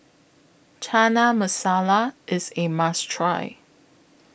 Chana Masala IS A must Try